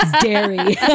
Dairy